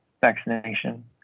vaccination